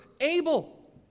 Abel